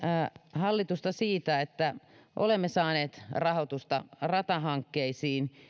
hallitusta siitä että olemme saaneet rahoitusta ratahankkeisiin